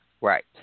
Right